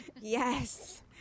Yes